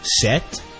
set